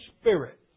Spirit